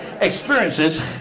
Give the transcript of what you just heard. experiences